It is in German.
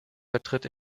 vertritt